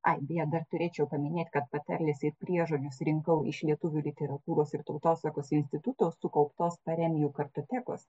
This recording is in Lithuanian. ai beje dar turėčiau paminėt kad patarles ir priežodžiuos rinkau iš lietuvių literatūros ir tautosakos instituto sukauptos paremijų kartotekos